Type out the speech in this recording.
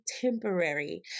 temporary